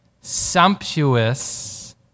sumptuous